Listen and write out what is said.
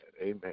amen